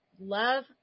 love